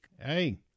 Hey